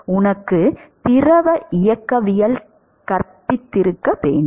உனக்கு திரவ இயக்கவியல் கற்பித்திருக்க வேண்டும்